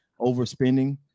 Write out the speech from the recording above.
overspending